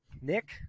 Nick